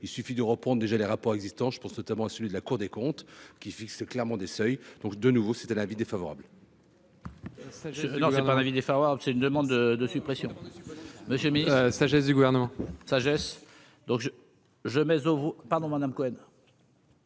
il suffit de reprendre déjà les rapports existant, je pense notamment à celui de la Cour des comptes qui fixe clairement des seuils, donc, de nouveau, c'était l'avis défavorable. Sachez, non c'est pas un avis défavorable, c'est une demande de suppression monsieur mais sagesse du Gouvernement sagesse donc je, je, mais oh vous pardon madame Cohen.